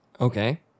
okay